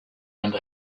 and